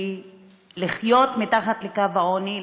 כי לחיות מתחת לקו העוני,